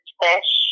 fish